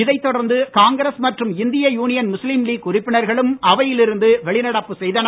இதை தொடர்ந்து காங்கிரஸ் மற்றும் இந்திய யூனியன் முஸ்லீம் லீக் உறுப்பினர்களும் அவையில் இருந்து வெளிநடப்பு செய்தனர்